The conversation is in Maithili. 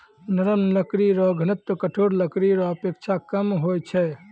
नरम लकड़ी रो घनत्व कठोर लकड़ी रो अपेक्षा कम होय छै